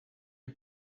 the